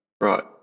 Right